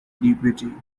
deputy